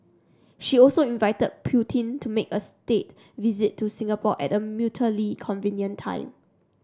she also invited Putin to make a state visit to Singapore at a mutually convenient time